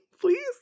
please